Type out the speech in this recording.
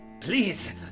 Please